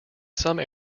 some